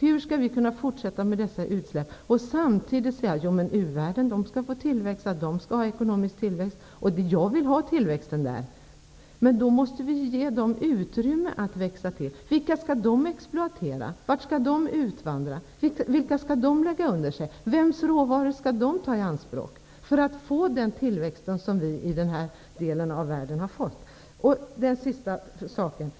Hur skall vi kunna fortsätta med dessa utsläpp och samtidigt säga: U-världen skall ha ekonomisk tillväxt? Jag vill att det skall vara tillväxt där, men då måste vi ju ge u-länderna utrymme att öka sin tillväxt. Vilka skall u-länderna exploatera? Vart skall dessa människor utvandra? Vilka länder skall u-länderna lägga under sig? Vems råvaror skall de ta i anspråk för att åstadkomma den tillväxt som vi i den här delen av världen har fått? Mina avslutande frågor: